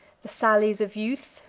the sallies of youth,